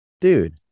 Dude